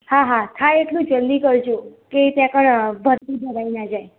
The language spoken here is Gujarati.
હા હા થાય એટલું જલ્દી કરજો કે ત્યાં કણ ભરતી ભરાઈ ના જાય